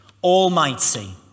Almighty